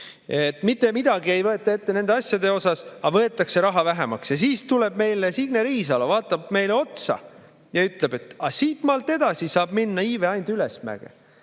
Mitte midagi ei võeta ette nende asjades, aga võetakse raha vähemaks. Ja siis tuleb meile Signe Riisalo, vaatab meile otsa ja ütleb, et aga siitmaalt edasi saab minna iive ainult ülesmäge.